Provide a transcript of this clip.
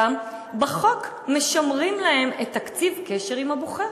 בחוק משמרים להם את תקציב הקשר עם הבוחר,